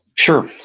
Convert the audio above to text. sure.